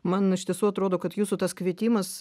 man iš tiesų atrodo kad jūsų tas kvietimas